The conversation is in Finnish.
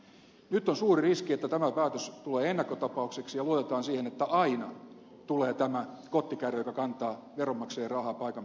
nyt on suuri riski että tämä päätös tulee ennakkotapaukseksi ja luotetaan siihen että aina tulee tämä kottikärry joka kantaa veronmaksajien rahaa paikan päälle